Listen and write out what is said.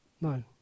No